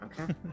Okay